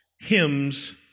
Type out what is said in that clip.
hymns